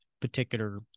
particular